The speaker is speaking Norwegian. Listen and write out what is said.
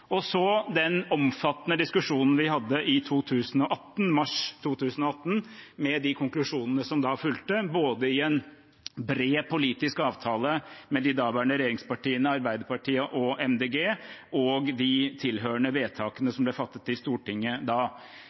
Og så hadde vi den omfattende diskusjonen i mars 2018 med de konklusjonene som fulgte, både i en bred politisk avtale med de daværende regjeringspartiene, Arbeiderpartiet og Miljøpartiet De Grønne og i de tilhørende vedtakene som da ble fattet i Stortinget.